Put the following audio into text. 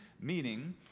Meaning